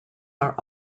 are